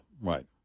right